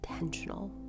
intentional